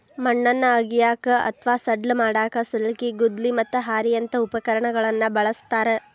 ಮಣ್ಣನ್ನ ಅಗಿಯಾಕ ಅತ್ವಾ ಸಡ್ಲ ಮಾಡಾಕ ಸಲ್ಕಿ, ಗುದ್ಲಿ, ಮತ್ತ ಹಾರಿಯಂತ ಉಪಕರಣಗಳನ್ನ ಬಳಸ್ತಾರ